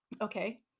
Okay